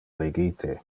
legite